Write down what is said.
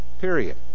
Period